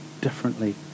differently